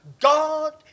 God